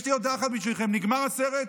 יש לי הודעה אחת בשבילכם: נגמר הסרט.